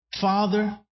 Father